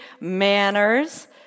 manners